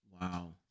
Wow